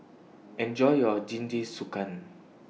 Enjoy your Jingisukan